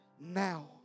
now